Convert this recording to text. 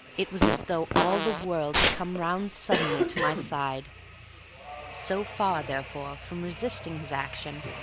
it was as though all the world had come round suddenly to my side so far therefore from resisting his action,